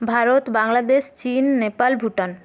ভারত বাংলাদেশ চিন নেপাল ভুটান